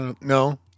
No